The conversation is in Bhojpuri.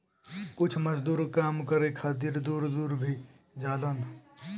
कुछ मजदूर काम करे खातिर दूर दूर भी जालन